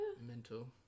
Mental